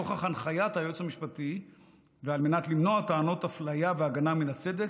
נוכח הנחיית היועץ המשפטי ועל מנת למנוע טענות אפליה והגנה מן הצדק,